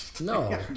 No